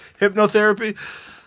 hypnotherapy